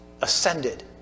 ascended